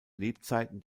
lebzeiten